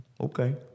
okay